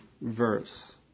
verse